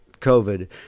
COVID